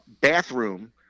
bathroom